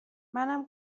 منم